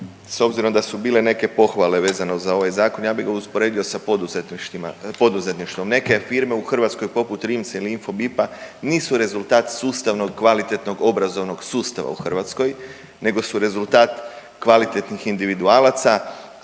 s obzirom da su bile neke pohvale vezane za ovaj zakon, ja bih ga usporedio sa poduzetništvom. Neke firme u Hrvatskoj poput Rimca ili Infobipa nisu rezultat sustavnog, kvalitetnog obrazovnog sustava u Hrvatskoj nego su rezultat kvalitetnih individualaca,